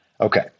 Okay